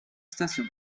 station